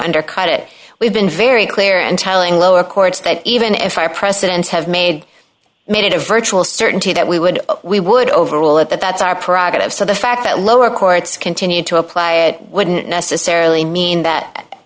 undercut it we've been very clear and telling lower courts that even if i precedents have made made it a virtual certainty that we would we would overrule it that's our product so the fact that lower courts continue to apply it wouldn't necessarily mean that